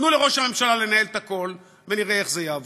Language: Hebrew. תנו לראש הממשלה לנהל את הכול ונראה איך זה יעבוד.